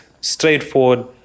straightforward